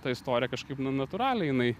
ta istorija kažkaip na natūraliai jinai